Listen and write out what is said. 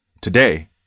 Today